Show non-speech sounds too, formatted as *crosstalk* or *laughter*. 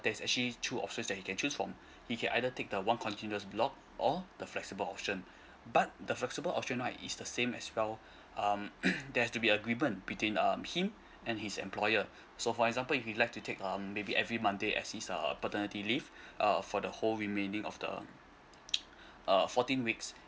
there's actually two options that he can choose from he can either take the one continuous block or the flexible option but the flexible option right is the same as well um *noise* there has to be agreement between um him and his employer so for example if he like to take um maybe every monday as his uh paternity leave uh for the whole remaining of the uh fourteen weeks